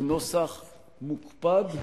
שהוא נוסח מוקפד,